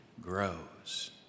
grows